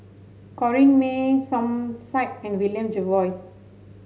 Corrinne May Som Said and William Jervois